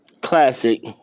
classic